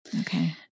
Okay